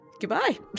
goodbye